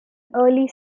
early